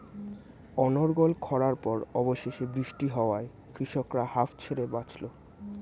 অনর্গল খড়ার পর অবশেষে বৃষ্টি হওয়ায় কৃষকরা হাঁফ ছেড়ে বাঁচল